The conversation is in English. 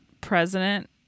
president